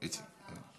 איציק?